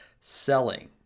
selling